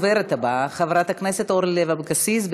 הבאה, חברת הכנסת אורלי לו אבקסיס.